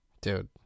Dude